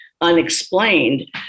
unexplained